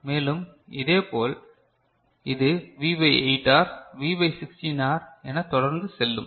மேலும் இதேபோல் இது V by 8R V by 16R என்று தொடர்ந்து செல்லும்